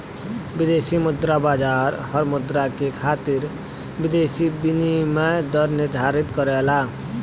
विदेशी मुद्रा बाजार हर मुद्रा के खातिर विदेशी विनिमय दर निर्धारित करला